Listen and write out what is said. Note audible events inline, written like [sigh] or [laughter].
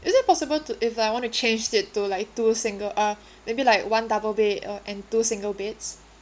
is it possible to if I want to changed it to like two single uh [breath] maybe like one double bed uh and two single beds